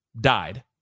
died